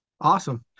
Awesome